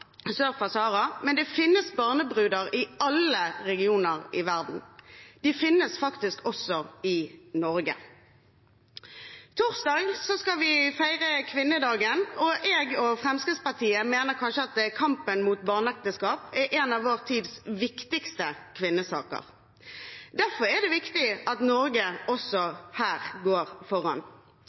men det finnes barnebruder i alle regioner i verden. De finnes faktisk også i Norge. Torsdag skal vi feire kvinnedagen. Jeg og Fremskrittspartiet mener at kampen mot barneekteskap kanskje er en av vår tids viktigste kvinnesaker. Derfor er det viktig at Norge også her går foran.